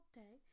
day